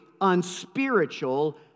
unspiritual